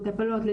הפלות,